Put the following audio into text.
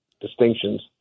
distinctions